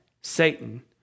Satan